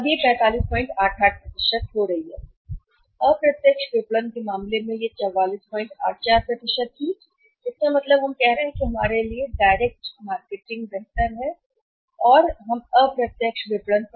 अब यह 4588 हो रहा है और अप्रत्यक्ष विपणन के मामले में यह 4484 था इसलिए इसका मतलब है हम कह रहे हैं कि हमारे लिए बेहतर है कि हम डायरेक्ट मार्केटिंग करें और निर्भर न रहें अप्रत्यक्ष विपणन